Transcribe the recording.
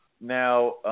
now